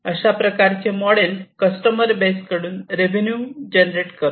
अशा प्रकारचे model customer base कडून रेवेन्यू जनरेट करतो